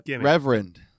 Reverend